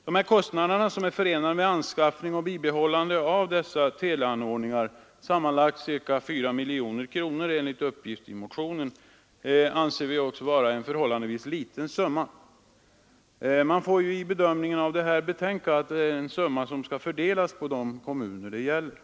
De kostnader som är förenade med anskaffande och bibehållande av dessa teleanordningar — sammanlagt ca 4 miljoner kronor enligt uppgift i motionen — anser vi också vara förhållandevis låga. Man får i bedömningen av den här frågan betänka att den summan skall fördelas på de kommuner som är berörda.